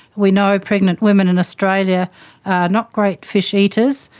we know pregnant women in australia are not great fish eaters,